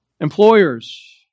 Employers